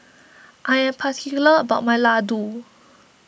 I am particular about my Ladoo